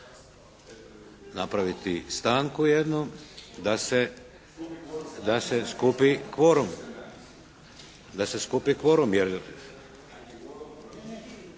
napraviti stanku jednu da se skupi kvorum. Da se skupi kvorum.